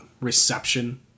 reception